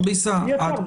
אי אפשר,